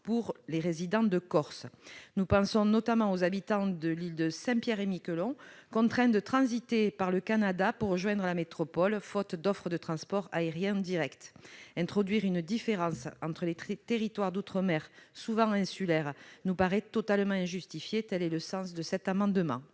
que les résidents de Corse. Nous pensons notamment aux habitants de Saint-Pierre-et-Miquelon, qui sont contraints de transiter par le Canada pour rejoindre la métropole faute d'offre de transport aérien direct. Introduire une différence entre les territoires d'outre-mer, souvent insulaires, nous paraît totalement injustifié. L'amendement